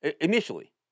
initially